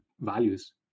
values